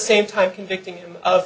same time convicting him of